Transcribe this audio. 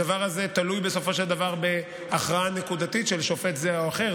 הדבר הזה תלוי בסופו של דבר בהכרעה נקודתית של שופט זה או אחר,